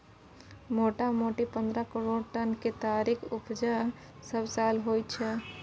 मोटामोटी पन्द्रह करोड़ टन केतारीक उपजा सबसाल होइत छै